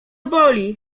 boli